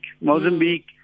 Mozambique